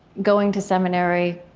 going to seminary,